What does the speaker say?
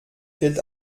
fällt